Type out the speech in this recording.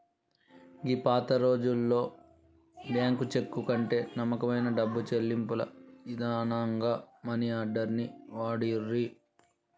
గీ పాతరోజుల్లో bank cheque కంటే నమ్మకమైన డబ్బు చెల్లింపుల ఇదానంగా మనీ ఆర్డర్ ని వాడిర్రు